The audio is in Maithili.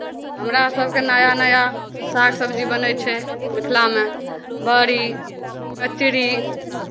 हमरा सभके नया नया साग सब्जी बनै छै मिथिलामे बरी कचड़ी